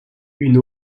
une